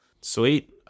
sweet